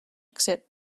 accept